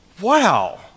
Wow